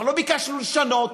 אנחנו לא ביקשנו לשנות.